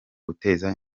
guteza